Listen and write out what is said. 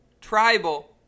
tribal